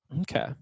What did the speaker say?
Okay